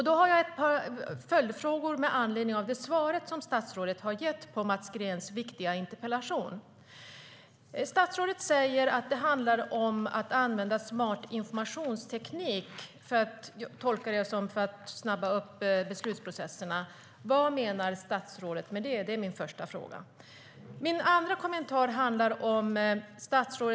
Då har jag ett par följdfrågor med anledning av det svar som statsrådet har gett på Mats Greens viktiga interpellation. STYLEREF Kantrubrik \* MERGEFORMAT Svar på interpellationerSedan kommer min andra fråga.